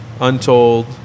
Untold